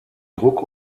druck